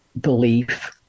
belief